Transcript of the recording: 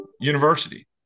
university